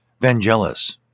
Vangelis